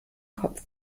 kopf